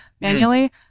manually